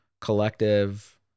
collective